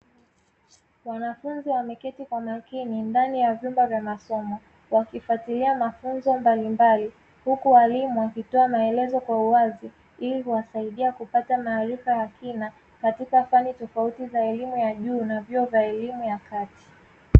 Wanafunzi wameketi kwa makini ndani ya vyumba vya masomo wakifwatilia mafunzo mbalimbali huku walimu wakitoa maelezo ya uwazi ili kuwasaidia kupata amaarifa ya kina katika fani tofauti za elimu ya juu na vyuo vya elimu ya kati.